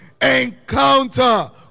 encounter